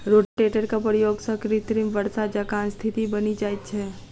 रोटेटरक प्रयोग सॅ कृत्रिम वर्षा जकाँ स्थिति बनि जाइत छै